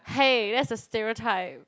!hey! that's a stereotype